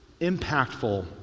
impactful